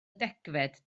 degfed